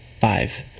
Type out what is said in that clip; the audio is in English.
Five